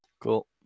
Cool